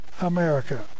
America